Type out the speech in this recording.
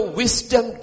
wisdom